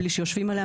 מבלי שיושבים עליה,